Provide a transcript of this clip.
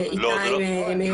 איתי גם יוכל לפרט.